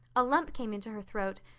a lump came into her throat,